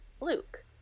Luke